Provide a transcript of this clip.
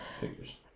Figures